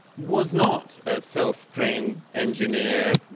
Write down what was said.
was not a self-trained engineer,